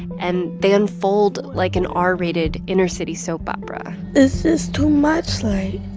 and they unfold like an ah r-rated inner-city soap opera it's just too much. like,